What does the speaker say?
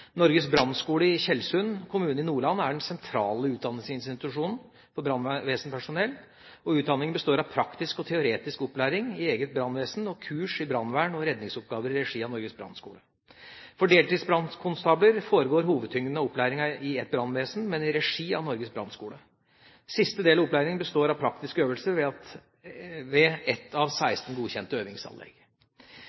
Norges brannskole i Tjeldsund kommune i Nordland er den sentrale utdanningsinstitusjonen for brannvesenpersonell. Utdanningen består av praktisk og teoretisk opplæring i eget brannvesen og kurs i brannvern og redningsoppgaver i regi av Norges brannskole. For deltidsbrannkonstabler foregår hovedtyngden av opplæringen i et brannvesen, men i regi av Norges brannskole. Siste del av opplæringen består av praktiske øvelser ved ett av 16 godkjente øvingsanlegg. Jeg er opptatt av